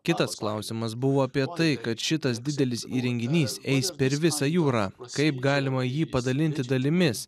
kitas klausimas buvo apie tai kad šitas didelis įrenginys eis per visą jūrą kaip galima jį padalinti dalimis